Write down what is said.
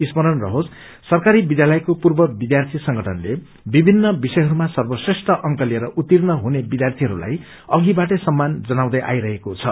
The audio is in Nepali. स्मरण रहोस सरकारी विध्यालयको पूर्व विध्यार्थी संगठनले विभिन्न विषयहरूमा सर्वश्रेष्ठ अंक लिएर उतिर्ण हुने विध्यार्थीहरूलाई अषिबाटै सम्मान जनाउँदै आई रहेको छ